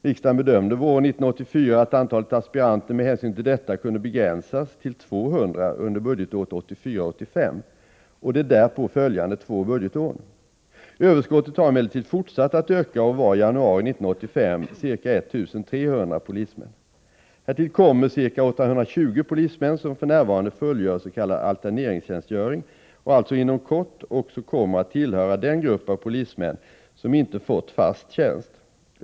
Riksdagen bedömde våren 1984 att antalet aspiranter med hänsyn till detta kunde begränsas till 200 under budgetåret 1984/85 och de därpå följande två budgetåren. Överskottet har emellertid fortsatt att öka och vari januari 1985 ca 1 300 polismän. Härtill kommer ca 820 polismän som för närvarande fullgör s.k. alterneringstjänstgöring och alltså inom kort också kommer att tillhöra den grupp av polismän som inte fått fast tjänst.